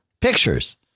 pictures